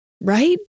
right